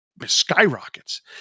skyrockets